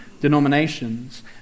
denominations